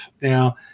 now